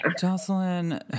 jocelyn